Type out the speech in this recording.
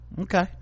okay